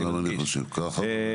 גם אני חושב ככה.